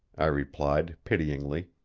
i replied pityingly.